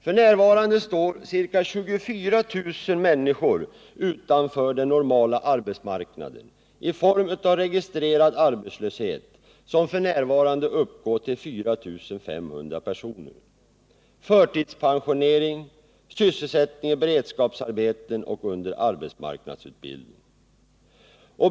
F.n. står ca 24 000 personer utanför den normala arbetsmarknaden i form av registrerad arbetslöshet — som f. n. uppgår till 4 500 personer — förtidspensionering, sysselsättning i beredskapsarbeten och arbetsmarknadsutbildning.